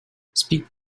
speak